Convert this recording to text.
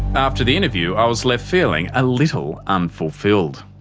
after the interview, i was left feeling a little unfulfilled.